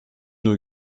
nos